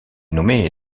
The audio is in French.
nommé